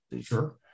Sure